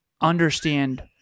understand